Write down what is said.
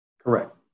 Correct